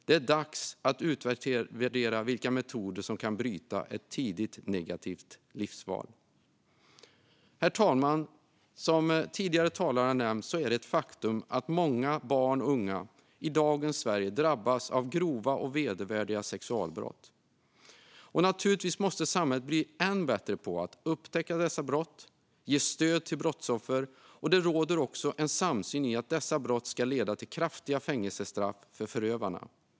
Det är dags att utvärdera vilka metoder som kan bryta ett tidigt negativt livsval. Herr talman! Som tidigare talare har nämnt är det ett faktum att många barn och unga i dagens Sverige drabbas av grova och vedervärdiga sexualbrott. Naturligtvis måste samhället bli ännu bättre på att upptäcka dessa brott och ge stöd till brottsoffer. Det råder också en samsyn i att dessa brott ska leda till kraftiga fängelsestraff för förövarna.